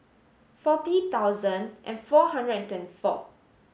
forty thousand and four hundred and twenty four